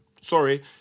Sorry